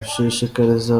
gushishikariza